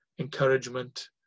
encouragement